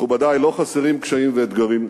מכובדי, לא חסרים קשיים ואתגרים,